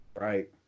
right